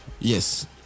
Yes